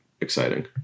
exciting